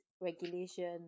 regulation